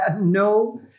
no